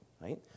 Right